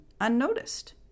unnoticed